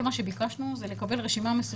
כל מה שביקשנו זה לקבל רשימה מסודרת.